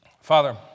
Father